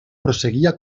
proseguía